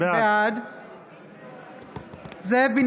בעד זאב בנימין בגין,